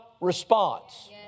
response